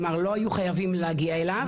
כלומר לא היו חייבים להגיע אליו.